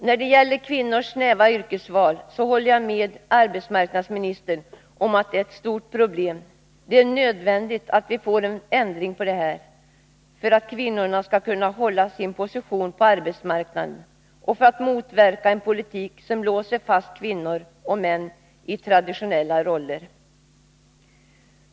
När det gäller kvinnornas snäva yrkesval håller jag med arbetsmarknadsministern om att det är ett stort problem. Det är nödvändigt att vi får en ändring på detta, för att kvinnorna skall kunna behålla sin position på arbetsmarknaden och för att motverka en politik som låser fast kvinnor och män i traditionella roller.